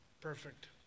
perfect